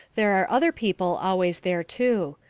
there are other people always there, too.